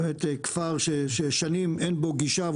זה כפר ששנים אין בו גישה,